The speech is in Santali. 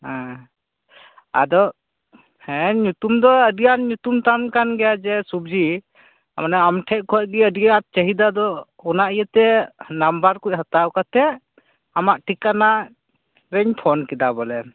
ᱮᱸ ᱟᱫᱚ ᱦᱮᱸ ᱧᱩᱛᱩᱢ ᱫᱚ ᱟ ᱰᱤᱜᱟᱱ ᱧᱩᱛᱩᱢ ᱛᱟᱢ ᱟᱠᱟᱱ ᱜᱮᱭᱟ ᱡᱮ ᱥᱚᱵᱡᱤ ᱢᱟᱱᱮ ᱟᱢᱴᱷᱮᱡ ᱠᱷᱚᱡ ᱜᱮ ᱟ ᱰᱤᱜᱟᱱ ᱪᱟ ᱦᱤᱫᱟ ᱫᱚ ᱚᱱᱟ ᱤᱭᱟ ᱛᱮ ᱱᱟᱢᱵᱟᱨ ᱠᱚ ᱦᱟᱛᱟᱣ ᱠᱟᱛᱮᱫ ᱟᱢᱟᱜ ᱴᱷᱤᱠᱟᱹᱱᱟ ᱨᱮᱧ ᱯᱷᱚᱱ ᱠᱮᱫᱟ ᱵᱚᱞᱮ